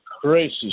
crazy